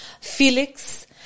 Felix